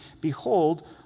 Behold